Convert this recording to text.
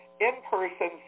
in-person